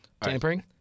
Tampering